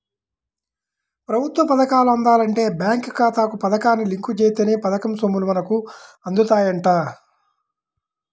ప్రభుత్వ పథకాలు అందాలంటే బేంకు ఖాతాకు పథకాన్ని లింకు జేత్తేనే పథకం సొమ్ములు మనకు అందుతాయంట